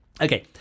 Okay